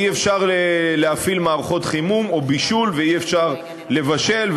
אי-אפשר להפעיל מערכות חימום או בישול ואי-אפשר לבשל,